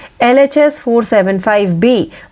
LHS-475B